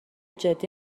جدی